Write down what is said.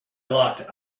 locked